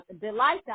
delight